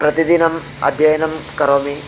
प्रतिदिनम् अध्ययनं करोमि